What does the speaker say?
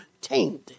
tamed